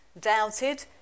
doubted